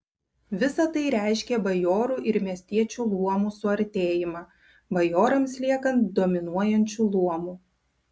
visa tai reiškė bajorų ir miestiečių luomų suartėjimą bajorams liekant dominuojančiu luomu